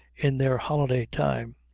in their holiday time.